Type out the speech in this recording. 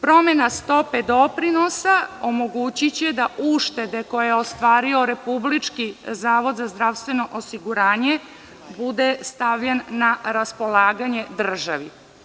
Promena stope doprinosa omogućiće da uštede koje je ostvario Republički zavod za zdravstveno osiguranje bude stavljen na raspolaganje državi.